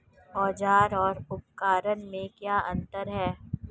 औज़ार और उपकरण में क्या अंतर है?